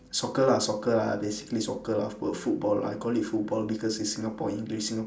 soccer lah soccer lah basically soccer lah f~ football I call it football because it's singapore english singa~